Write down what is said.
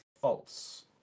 false